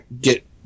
get